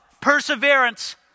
perseverance